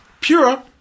Pura